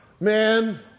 man